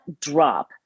drop